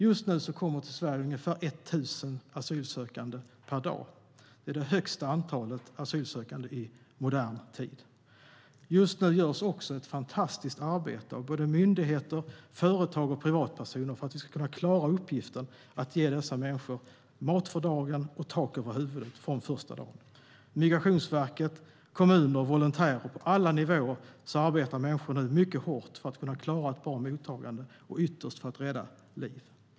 Just nu kommer ungefär 1 000 asylsökande till Sverige per dag. Det är det högsta antalet asylsökande i modern tid. Just nu görs också ett fantastiskt arbete av såväl myndigheter som företag och privatpersoner för att vi ska kunna klara uppgiften att ge dessa människor mat för dagen och tak över huvudet från första dagen. Migrationsverket, kommuner och volontärer arbetar nu mycket hårt på alla nivåer för att kunna klara att ge ett bra mottagande och ytterst för att rädda liv.